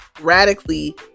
radically